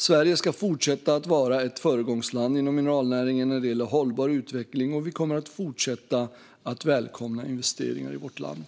Sverige ska fortsätta att vara ett föregångsland inom mineralnäringen när det gäller hållbar utveckling, och vi kommer att fortsätta att välkomna investeringar i vårt land.